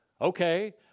Okay